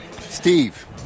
Steve